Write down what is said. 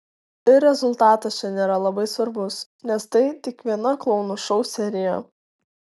ir rezultatas čia nėra labai svarbus nes tai tik viena klounų šou serija